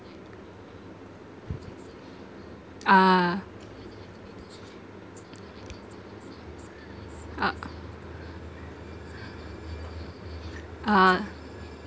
ah ah ah